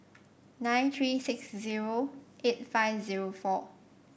nine three six zero eight five zero four